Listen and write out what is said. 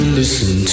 listen